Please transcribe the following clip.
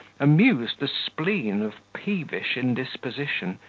amuse the spleen of peevish indisposition,